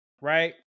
right